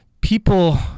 people